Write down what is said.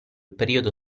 periodo